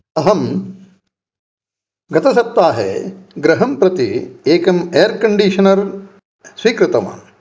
अहं गतसप्ताहे गृहं प्रति एकम् एर् कण्डीशनर् स्वीकृतवान्